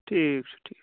ٹھیٖک چھُ ٹھیٖک چھُ